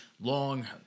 long